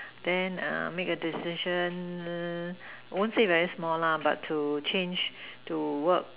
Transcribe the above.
then err make a decision I won't say very small lah but to change to work